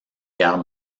guerre